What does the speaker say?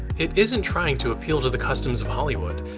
it isn't trying to appeal to the customs of hollywood.